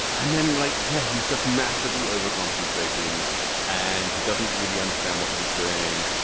and then like yeah he's just massively overcompensating and he doesn't really understand what he's doing.